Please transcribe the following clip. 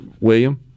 William